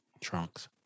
Trunks